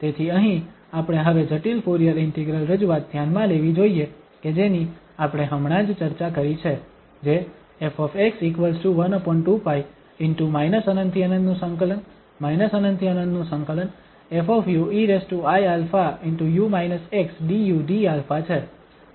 તેથી અહીં આપણે હવે જટિલ ફુરીયર ઇન્ટિગ્રલ રજૂઆત ધ્યાનમાં લેવી જોઈએ કે જેની આપણે હમણાં જ ચર્ચા કરી છે જે ƒ 12π ✕∞∫∞∞∫∞ 𝑓 eiα du dα છે